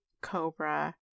cobra